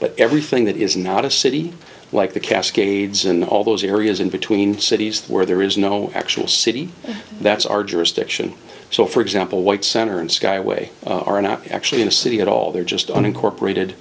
but everything that is not a city like the cascades in all those areas in between cities where there is no actual city that's our jurisdiction so for example white center and skyway are not actually in the city at all they're just unincorporated